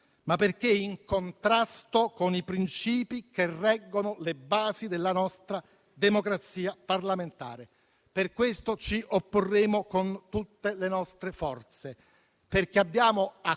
ma perché in contrasto con i principi che reggono le basi della nostra democrazia parlamentare. Per questo ci opporremo con tutte le nostre forze, perché abbiamo a cuore